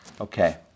Okay